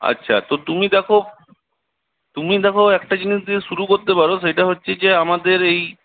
আচ্ছা তো তুমি দেখো তুমি দেখো একটা জিনিস দিয়ে শুরু করতে পারো সেইটা হচ্ছে যে আমাদের এই